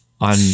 on